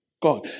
God